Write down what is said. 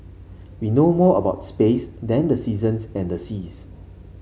we know more about space than the seasons and the seas